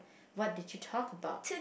what did you talk about